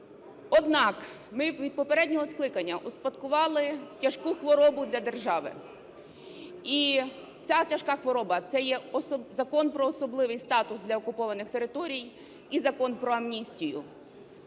Однак, ми від попереднього скликання успадкували тяжку хворобу для держави. І ця тяжка хвороба – це є Закон про особливий статус для окупованих територій і Закон про амністію.